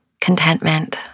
Contentment